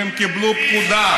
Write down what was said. והם קיבלו פקודה,